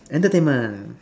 entertainment